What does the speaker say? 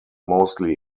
mostly